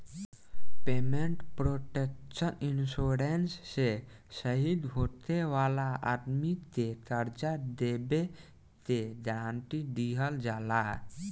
payment protection insurance से शहीद होखे वाला आदमी के कर्जा देबे के गारंटी दीहल जाला